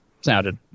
sounded